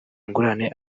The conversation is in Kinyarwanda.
ingurane